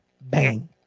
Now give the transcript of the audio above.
Bang